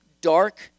dark